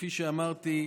וכפי שאמרתי,